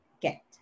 get